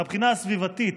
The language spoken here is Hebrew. מהבחינה הסביבתית,